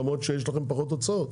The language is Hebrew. למרות שיש לכם פחות הוצאות,